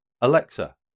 Alexa